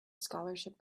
scholarship